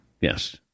Yes